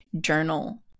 journal